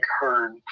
heard